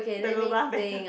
the lobang better